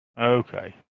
Okay